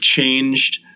changed